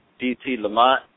dtlamont